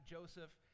Joseph